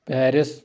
Paris